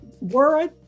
word